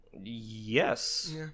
Yes